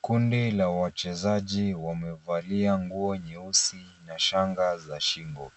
Kundi la wachezaji wamevalia nguo nyeusi na shanga za shingo.